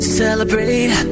celebrate